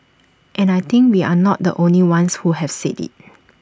and I think we're not the only ones who have said IT